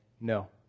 no